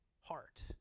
heart